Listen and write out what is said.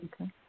Okay